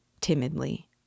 timidly